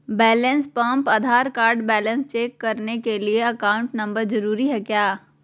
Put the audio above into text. Balance pump Aadhaar card balance check करने के लिए अकाउंट नंबर जरूरी है क्या?